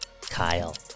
Kyle